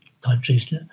countries